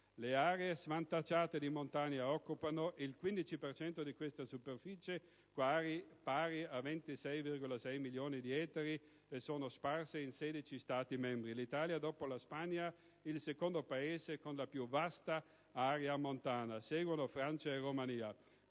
le aree svantaggiate di montagna occupano il 15 per cento di questa superficie, pari a 26,6 milioni di ettari e sono sparse in 16 Stati membri. L'Italia, dopo la Spagna, è il secondo Paese con la più vasta area montana; seguono Francia e Romania.